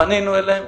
פנינו אליהם,